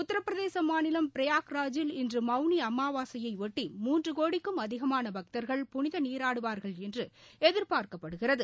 உத்தரப்பிரதேச மாநிலம் பிரயாக்ராஜில் இன்று மவுளி அமாவாசையையொட்டி மூன்று கோடிக்கும் அதிகமான பக்தர்கள் புனித நீராடுவார்கள் என்று எதிர்பார்க்கப்படுகிறது